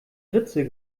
ritze